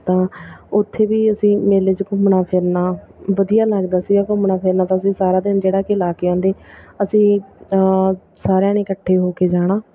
ਤਾਂ ਉੱਥੇ ਵੀ ਅਸੀਂ ਮੇਲੇ 'ਚ ਘੁੰਮਣਾ ਫਿਰਨਾ ਵਧੀਆ ਲੱਗਦਾ ਸੀਗਾ ਘੁੰਮਣਾ ਫਿਰਨਾ ਤਾਂ ਅਸੀਂ ਸਾਰਾ ਦਿਨ ਜਿਹੜਾ ਕੇ ਲਾ ਕੇ ਆਉਂਦੇ ਅਸੀਂ ਸਾਰਿਆਂ ਨੇ ਇੱਕਠੇ ਹੋ ਕੇ ਜਾਣਾ